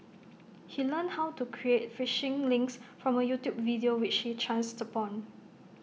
he learned how to create phishing links from A YouTube video which he chanced upon